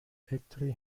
exactly